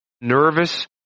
nervous